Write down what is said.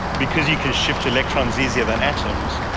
because you can shift electrons easier than atoms,